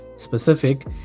specific